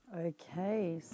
Okay